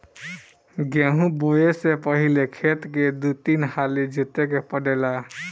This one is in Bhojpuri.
गेंहू बोऐ से पहिले खेत के दू तीन हाली जोते के पड़ेला